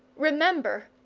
remember,